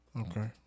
Okay